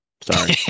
sorry